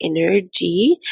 energy